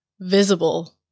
visible